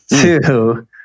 two